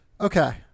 Okay